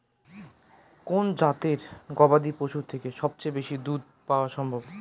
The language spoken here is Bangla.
কোন জাতের গবাদী পশু থেকে সবচেয়ে বেশি দুধ পাওয়া সম্ভব?